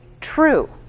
true